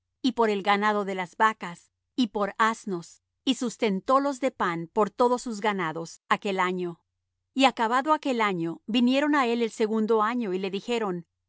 y por el ganado de las vacas y por asnos y sustentólos de pan por todos sus ganados aquel año y acabado aquel año vinieron á él el segundo año y le dijeron